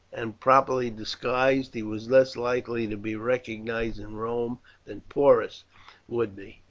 and, properly disguised, he was less likely to be recognized in rome than porus would be.